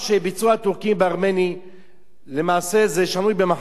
למעשה זה שנוי במחלוקת